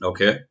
Okay